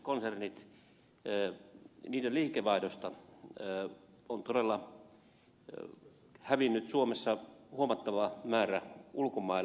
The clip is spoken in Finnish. suomalaisten yritysten konsernien liikevaihdosta on todella hävinnyt suomesta huomattava määrä ulkomaille